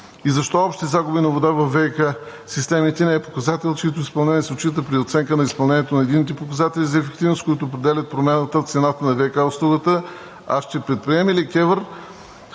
Защо общите загуби на вода във ВиК системите не е показател, чието изпълнение се отчита при оценка на изпълнението на единните показатели за ефективност, които определят промяната в цената на ВиК услугата; ще предприеме ли КЕВР